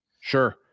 Sure